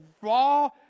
raw